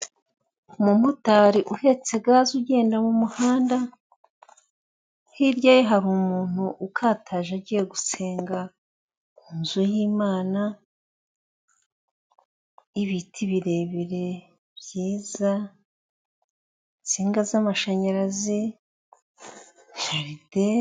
Umumotari uhetse gaze ugenda mu muhanda, hirya ye hari umuntu ukataje agiye gusenga. Mu nzu y'Imana, ibiti birebire byiza, insinga z'amashanyarazi, jaride,..